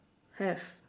have